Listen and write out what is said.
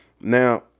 now